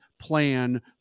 plan